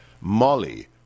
Molly